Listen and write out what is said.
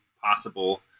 possible